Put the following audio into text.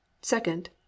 Second